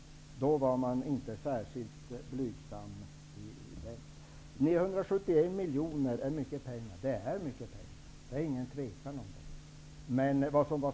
Då var man inte särskilt blygsam. 971 miljoner är förvisso mycket pengar. Det är det inget tvivel om.